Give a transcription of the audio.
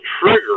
trigger